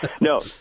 No